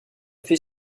fait